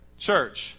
church